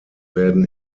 werden